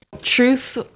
truth